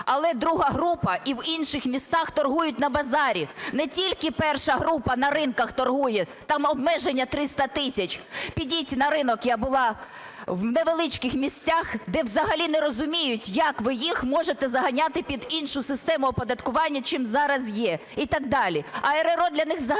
Але друга група і в інших місцях торгують на базарі. Не тільки перша група на ринках торгує. Там обмеження 300 тисяч. Підіть на ринок, я була в невеличких місцях, де взагалі не розуміють, як ви їх можете заганяти під іншу систему оподаткування, чим зараз є і так далі. А РРО для них взагалі